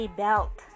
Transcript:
belt